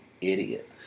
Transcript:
idiot